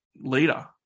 leader